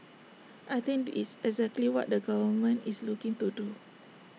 I think this is exactly what the government is looking to do